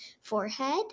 forehead